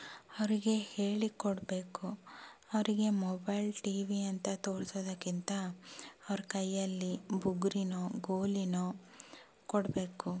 ಅವರಿಗೆ ಹೇಳಿ ಕೊಡಬೇಕು ಅವರಿಗೆ ಮೊಬೈಲ್ ಟಿ ವಿ ಅಂತ ತೋರಿಸೋದಕ್ಕಿಂತ ಅವ್ರ ಕೈಯಲ್ಲಿ ಬುಗುರಿನೋ ಗೋಲಿನೋ ಕೊಡಬೇಕು